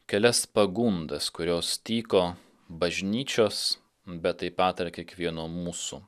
kelias pagundas kurios tyko bažnyčios bet tai taip ir kiekvieno mūsų